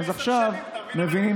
אתה מבין למה אני מתנגד?